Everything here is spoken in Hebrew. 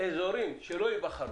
אזורים שלא ייבחרו,